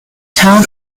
town